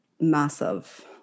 massive